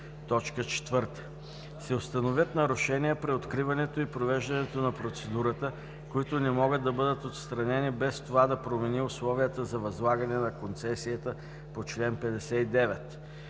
процедурата; 4. се установят нарушения при откриването и провеждането на процедурата, които не могат да бъдат отстранени без това да промени условията за възлагане на концесията по чл. 59;